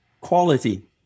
quality